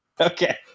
Okay